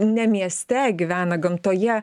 ne mieste gyvena gamtoje